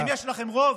אם יש לכם רוב,